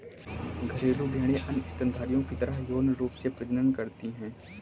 घरेलू भेड़ें अन्य स्तनधारियों की तरह यौन रूप से प्रजनन करती हैं